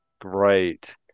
Great